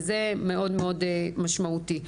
זה מאוד משמעותי.